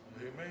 Amen